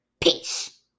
Peace